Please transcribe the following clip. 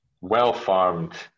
well-farmed